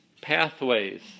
pathways